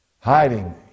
hiding